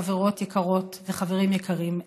חברות יקרות וחברים יקרים,